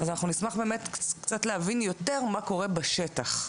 אז נשמח קצת להבין יותר מה קורה בשטח,